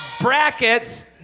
Brackets